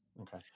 Okay